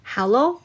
Hello